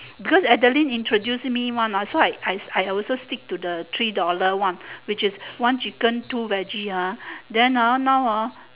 because adeline introduce mah so I I I also stick to the three dollar one which is one chicken two veggie ah then ah now hor